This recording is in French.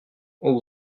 aux